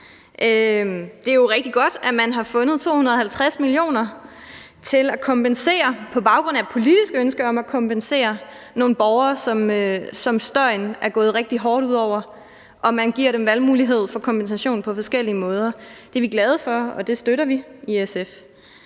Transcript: rigtig godt, at man har fundet 250 mio. kr. til at kompensere – på baggrund af et politisk ønske om at kompensere – nogle borgere, som støjen er gået rigtig hårdt ud over, og at man giver dem en valgmulighed for kompensation på forskellige måder. Det er vi glade for, og det støtter vi i SF.